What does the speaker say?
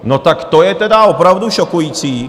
No tak to je tedy opravdu šokující.